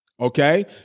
Okay